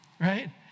right